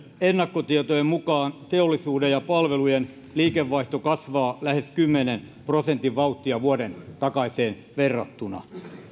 ennakkotietojen mukaan teollisuuden ja palvelujen liikevaihto kasvaa lähes kymmenen prosentin vauhtia vuoden takaiseen verrattuna